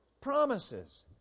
promises